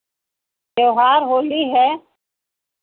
त्योहार होली है